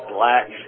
Black